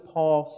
Paul